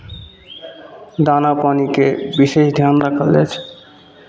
दाना पानिके विशेष धियान राखल जाइ छै